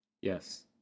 Yes